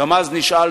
גם אז נשאלנו,